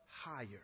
higher